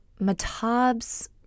Matab's